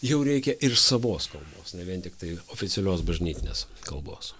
jau reikia ir savos kalbos ne vien tiktai oficialios bažnytinės kalbos